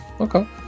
Okay